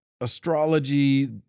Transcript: astrology